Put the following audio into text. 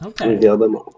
Okay